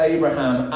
Abraham